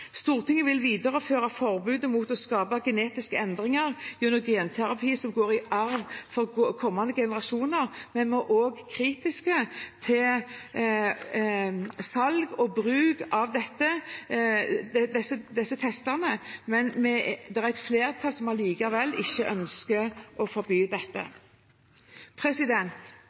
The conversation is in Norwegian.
Stortinget vil videreføre forbudet mot å skape genetiske endringer gjennom genterapi som går i arv til kommende generasjoner. Vi er også kritisk til salg og bruk av disse selvtestene, men det er et flertall som likevel ikke ønsker å forby